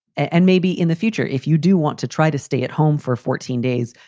and maybe in the future, if you do want to try to stay at home for fourteen days,